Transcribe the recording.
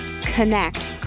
connect